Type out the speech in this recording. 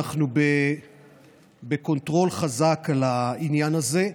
אנחנו בקונטרול חזק על העניין הזה.